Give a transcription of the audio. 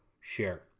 share